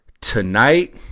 Tonight